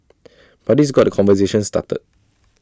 but this got the conversation started